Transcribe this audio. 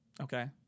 Okay